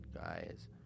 guys